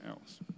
else